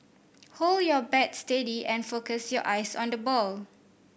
hold your bat steady and focus your eyes on the ball